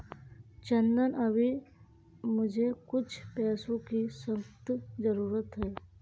चंदन अभी मुझे कुछ पैसों की सख्त जरूरत है